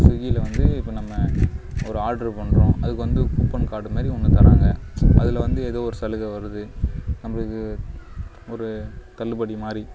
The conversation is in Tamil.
ஸ்விகில் வந்து இப்போ நம்ம ஒரு ஆர்டரு பண்ணுறோம் அதுக்கு வந்து கூப்பன் கார்டு மாரி ஒன்று தராங்க அதில் வந்து எதோ ஒரு சலுகை வருது நம்மளுக்கு ஒரு தள்ளுபடி மாதிரி